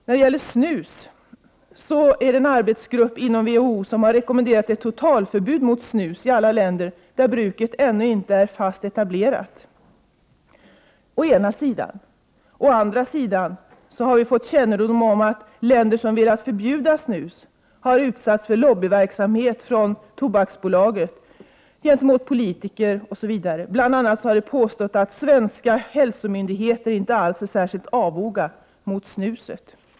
När det gäller snus har en arbetsgrupp inom WHO rekommenderat ett totalförbud mot snus i alla länder där bruket ännu inte är fast etablerat, å ena sidan. Å andra sidan har vi fått kännedom om att politiker med flera i länder som velat förbjuda snus har utsatts för lobbyverksamhet från Tobaksbolagets sida. Bl.a. har det påståtts att svenska hälsomyndigheter inte alls är särskilt avoga mot snus.